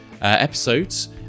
episodes